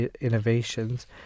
innovations